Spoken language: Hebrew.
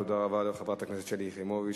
תודה רבה לחברת הכנסת שלי יחימוביץ.